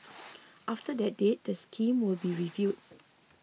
after that date the scheme will be reviewed